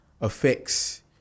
affects